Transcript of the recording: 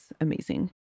amazing